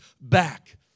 back